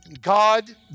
God